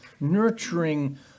nurturing